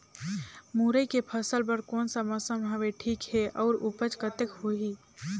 मुरई के फसल बर कोन सा मौसम हवे ठीक हे अउर ऊपज कतेक होही?